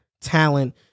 talent